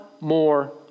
more